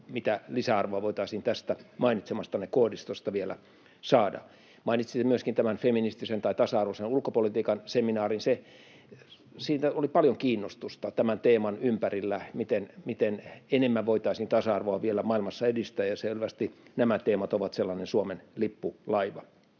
mitä lisäarvoa voitaisiin tästä mainitsemastanne koodistosta vielä saada. Mainitsitte myöskin tämän feministisen tai tasa-arvoisen ulkopolitiikan seminaarin. Siellä oli paljon kiinnostusta tämän teeman ympärillä, miten enemmän voitaisiin tasa-arvoa vielä maailmassa edistää, ja selvästi nämä teemat ovat sellainen Suomen lippulaiva.